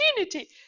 opportunity